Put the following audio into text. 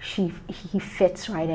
she he fits right